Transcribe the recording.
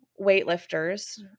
weightlifters